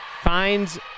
finds